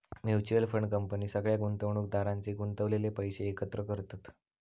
mutual fund company सगळ्या गुंतवणुकदारांचे गुंतवलेले पैशे एकत्र करतत